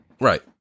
Right